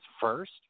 first